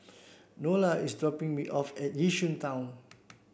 Nola is dropping me off at Yishun Town